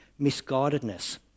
misguidedness